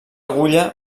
agulla